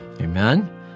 Amen